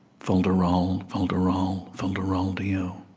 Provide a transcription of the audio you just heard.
fol-de-rol, fol-de-rol, fol-de-rol-di-oh